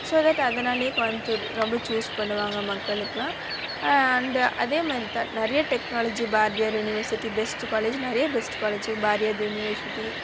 so that அதனாலேயே கோயம்புத்தூர் ரொம்ப choose பண்ணுவாங்க மக்களுக்கெலாம் அண்ட் அதே மாதிரி தான் நிறையா technology Bharathiar university best college நிறையா பெஸ்ட்டு காலேஜு பாரதியார் யுனிவர்சிட்டி